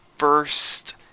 first